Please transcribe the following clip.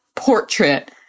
portrait